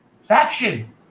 faction